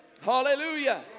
Hallelujah